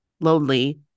Lonely